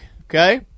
okay